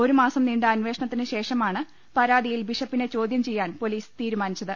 ഒരു മാസം നീണ്ട അന്വേഷണത്തിന് ശേഷ മാണ് പരാതിയിൽ ബിഷപ്പിനെ ചോദ്യം ചെയ്യാൻ പൊലീസ് തീരു മാനിച്ചത്